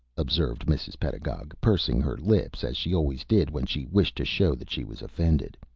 observed mrs. pedagog, pursing her lips, as she always did when she wished to show that she was offended.